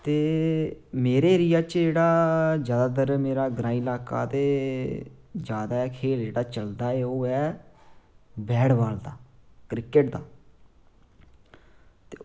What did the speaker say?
ते मेरे एरिया च जेह्ड़ा ते मेरा ग्रांईं इलाका जेह्ड़ा ते जादै खेल जेह्ड़ा चलदा ऐ ओह् ऐ बैट बॉल दा क्रिकेट दा